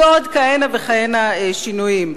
ועוד כהנה וכהנה שינויים.